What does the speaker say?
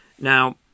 Now